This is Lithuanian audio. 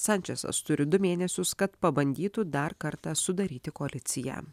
sančesas turi du mėnesius kad pabandytų dar kartą sudaryti koaliciją